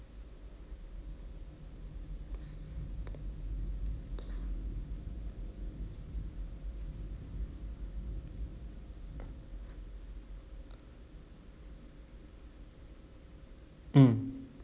mm